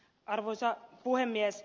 arvoisa puhemies